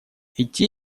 идти